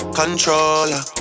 controller